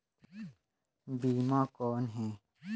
बीमा कौन है?